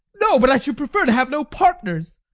no, but i should prefer to have no partners.